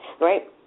right